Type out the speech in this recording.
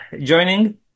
joining